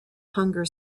hunger